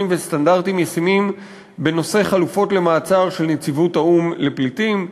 וסטנדרטים ישימים בנושא חלופות למעצר של נציבות האו"ם לפליטים,